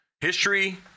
History